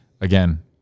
again